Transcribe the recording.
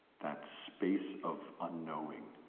that space of unknowing